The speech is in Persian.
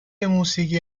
موسیقی